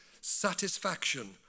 satisfaction